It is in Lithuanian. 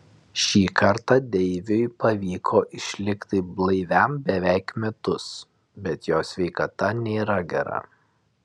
šį kartą deivui pavyko išlikti blaiviam beveik metus bet jo sveikata nėra gera